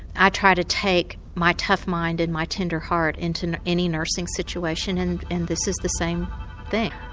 i try to take my tough mind and my tender heart into any nursing situation and and this is the same thing.